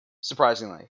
surprisingly